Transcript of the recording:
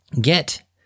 Get